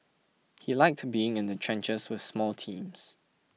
he liked being in the trenches with small teams